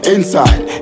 Inside